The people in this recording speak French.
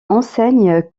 enseigne